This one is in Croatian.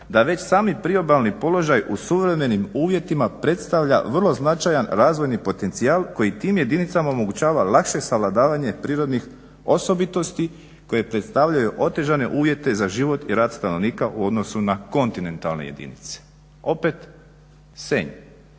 da već sami priobalni položaj u suvremenim uvjetima predstavlja vrlo značajan razvojni potencijal koji tim jedinicama omogućava lakše savladavanje prirodnih osobitosti koje predstavljaju otežane uvijete za život i rad stanovnika u odnosu na kontinentalne jedinice. Opet Senj,